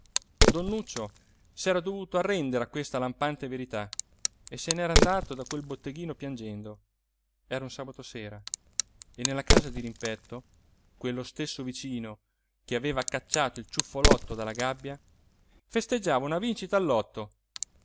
don nuccio s'era dovuto arrendere a questa lampante verità e se n'era andato da quel botteghino piangendo era un sabato sera e nella casa dirimpetto quello stesso vicino che aveva cacciato il ciuffolotto dalla gabbia festeggiava una vincita